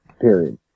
Period